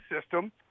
system